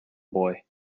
boy